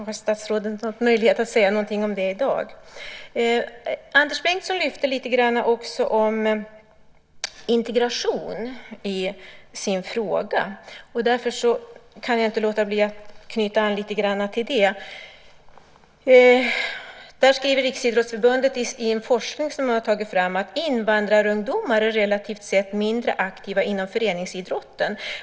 Har statsrådet möjlighet att säga någonting om det i dag? Anders Bengtsson lyfte fram frågan om integration, och därför kan jag inte låta bli att knyta an lite grann till det. Riksidrottsförbundet skriver i forskning som man har tagit fram att invandrarungdomar är relativt sett mindre aktiva inom föreningsidrotten.